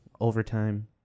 overtime